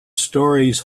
stories